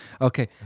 Okay